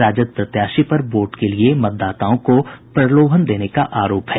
राजद प्रत्याशी पर वोट के लिये मतदाताओं को प्रलोभन देने का आरोप है